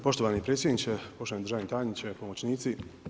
Poštovani predsjedniče, poštovani državni tajniče, pomoćnici.